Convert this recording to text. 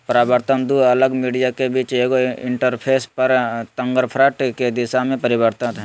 परावर्तन दू अलग मीडिया के बीच एगो इंटरफेस पर तरंगफ्रंट के दिशा में परिवर्तन हइ